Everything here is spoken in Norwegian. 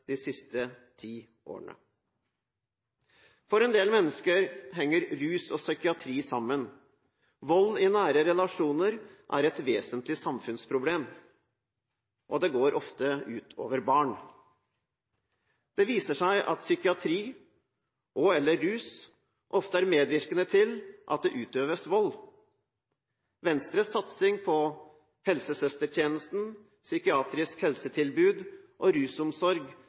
de siste ti årene. For en del mennesker henger rus og psykiatri sammen. Vold i nære relasjoner er et vesentlig samfunnsproblem, og det går ofte ut over barna. Det viser seg at psykiatri og/eller rus ofte er medvirkende til at det utøves vold. Venstres satsing på helsesøstertjenesten, psykiatrisk helsetilbud og rusomsorg